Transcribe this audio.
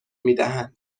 میدهند